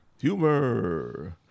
Humor